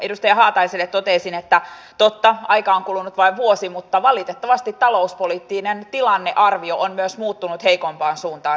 edustaja haataiselle toteaisin että totta aikaa on kulunut vain vuosi mutta valitettavasti talouspoliittinen tilannearvio on myös muuttunut heikompaan suuntaan sinä aikana